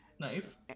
Nice